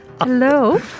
Hello